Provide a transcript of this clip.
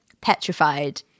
petrified